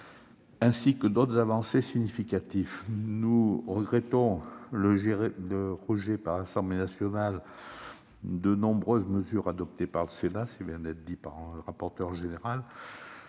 ainsi que d'autres avancées significatives. Nous regrettons le rejet par l'Assemblée nationale de nombreuses mesures adoptées par le Sénat- comme l'a dit le rapporteur général